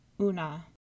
Una